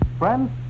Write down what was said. Friends